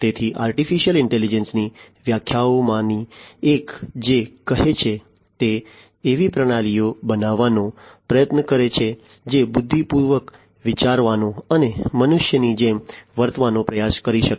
તેથી artificial intelligence ની વ્યાખ્યાઓમાંની એક જે કહે છે તે એવી પ્રણાલીઓ બનાવવાનો પ્રયત્ન કરે છે જે બુદ્ધિપૂર્વક વિચારવાનો અને મનુષ્યની જેમ વર્તવાનો પ્રયાસ કરી શકે